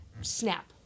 snap